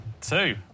Two